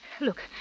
Look